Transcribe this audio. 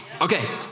Okay